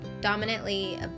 dominantly